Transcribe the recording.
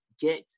get